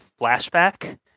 flashback